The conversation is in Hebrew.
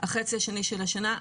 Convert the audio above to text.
החצי השני של השנה.